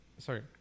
Sorry